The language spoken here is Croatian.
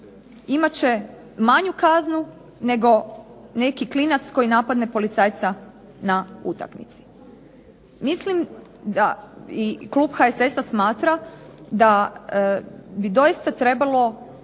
imat će manju kaznu nego neki klinac koji napadne policajca na utakmici. Mislim da i klub HSS-a smatra da bi doista trebalo